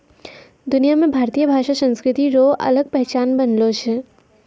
दुनिया मे भारतीय भाषा संस्कृति रो अलग पहचान बनलो छै